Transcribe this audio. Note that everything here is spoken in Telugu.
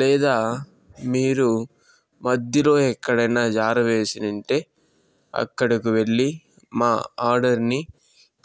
లేదా మీరు మాధలో ఎక్కడైనా జారవేసి ఉంటే అక్కడకు వెళ్ళీ మా ఆర్డర్ని